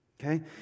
Okay